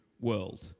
world